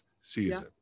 season